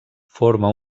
forma